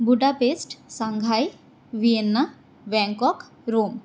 Budapest Shanghai Vienna Bangkok Rome